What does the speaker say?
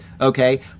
okay